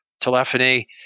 telephony